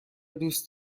دوست